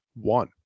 one